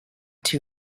two